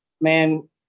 Man